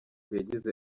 yagize